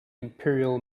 imperial